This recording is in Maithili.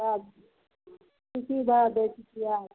पिआज कि कि दर दै छिए